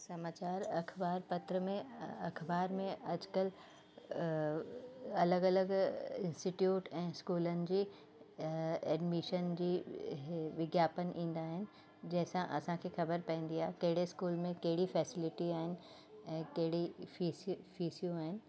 समाचार अख़बार पत्र में अख़बार में अॼुकल्ह अलॻि अलॻि इंस्टीट्यूट ऐं स्कूलनि जी एडमिशन जी विज्ञापन ईंदा आहिनि जंहिंसां असांखे ख़बर पवंदी आहे कहिड़े स्कूल में कहिड़ी फैसिलिटी आहिनि ऐं कहिड़ी फिस फिसियूं आहिनि